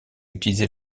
utiliser